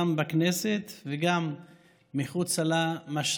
גם בכנסת וגם מחוצה לה,